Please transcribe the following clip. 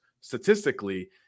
statistically